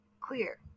clear